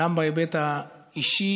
גם בהיבט האישי,